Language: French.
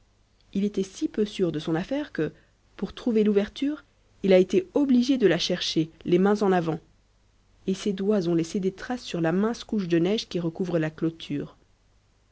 il était si peu sûr de son affaire que pour trouver l'ouverture il a été obligé de la chercher les mains en avant et ses doigts ont laissé des traces sur la mince couche de neige qui recouvre la clôture